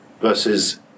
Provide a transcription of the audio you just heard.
Versus